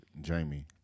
jamie